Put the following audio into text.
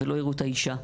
ולא הראו את האישה.